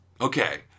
Okay